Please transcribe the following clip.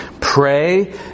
pray